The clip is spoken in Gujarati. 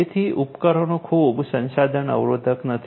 તેથી ઉપકરણો ખૂબ સંસાધન અવરોધક નથી